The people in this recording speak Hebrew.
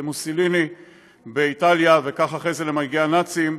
למוסוליני באיטליה, וכך אחרי זה למנהיגי הנאצים,